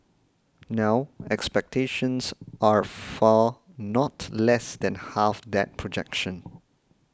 now expectations are for not less than half that projection